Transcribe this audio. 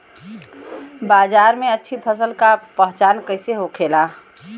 बाजार में अच्छी फसल का पहचान कैसे होखेला?